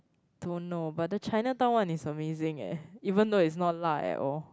don't know but the Chinatown one is amazing eh even though it's not 辣：la at all